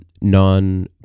non